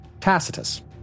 Tacitus